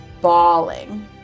bawling